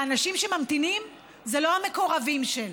ואנשים שממתינים, זה לא המקורבים של.